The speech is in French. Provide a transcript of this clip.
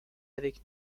avec